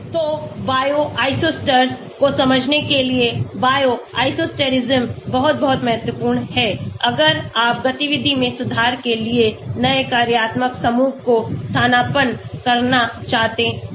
तो bioisostere को समझने के लिए बायो आइसोस्टर बहुत बहुत महत्वपूर्ण है अगर आप गतिविधि में सुधार के लिए नए कार्यात्मक समूहों को स्थानापन्न करना चाहते हैं